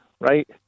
right